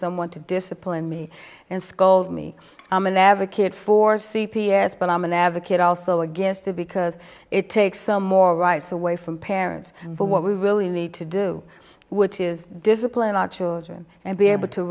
someone to discipline me and scold me i'm an advocate for c p s but i'm an advocate also against the because it takes some more rights away from parents but what we really need to do which is discipline our children and be able to